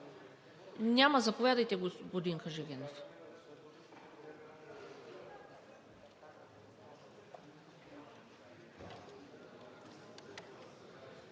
Заповядайте, господин Хаджигенов.